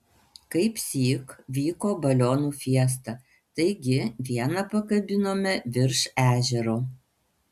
kaipsyk vyko balionų fiesta taigi vieną pakabinome virš ežero